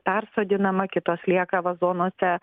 persodinama kitos lieka vazonuose